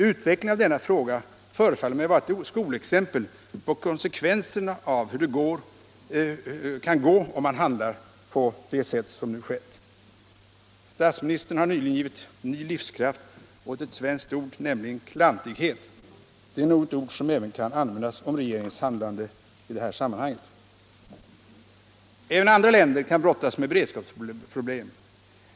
Utvecklingen av denna fråga förefaller mig vara ett skolexempel på konsekvensen av hur det kan gå om man handlar på det sätt som nu skett. — Statsministern har nyligen givit ny livskraft åt ett svenskt ord, nämligen klantighet, Det är nog ett ord som även kan användas om regeringens handlande i detta sammanhang. Också andra länder kan brottas med beredskapsproblem.